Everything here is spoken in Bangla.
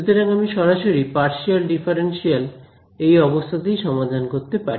সুতরাং আমি সরাসরি পার্শিয়াল ডিফারেন্সিয়াল এই অবস্থাতেই সমাধান করতে পারি